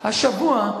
השבוע,